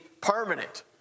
permanent